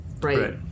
right